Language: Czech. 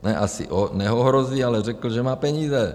ne asi neohrozí, ale řekl, že má peníze.